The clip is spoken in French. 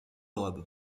robe